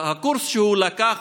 הקורס שהוא לקח